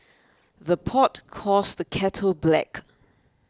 the pot calls the kettle black